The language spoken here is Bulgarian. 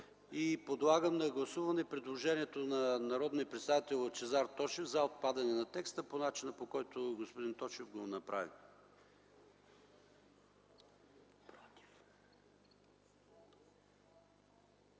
Подлагам на гласуване предложението на народния представител Лъчезар Тошев за отпадане на текста по начина, по който господин Тошев го направи.